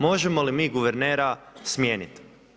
Možemo li mi guvernera smijeniti?